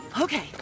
Okay